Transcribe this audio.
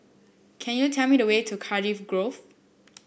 can you tell me the way to Cardiff Grove